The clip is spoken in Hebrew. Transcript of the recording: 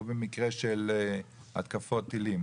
או במקרה של התקפות טילים,